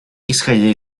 исходя